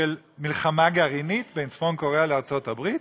של מלחמה גרעינית בין צפון קוריאה לארצות הברית,